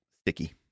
sticky